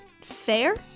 fair